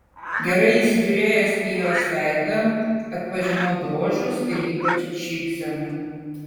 gerai įsižiūrėjęs į jos veidą atpažinau bruožus ir ypač šypseną